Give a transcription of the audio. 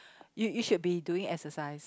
you you should be doing exercise